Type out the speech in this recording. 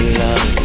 love